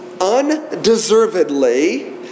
undeservedly